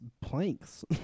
planks